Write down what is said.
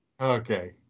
Okay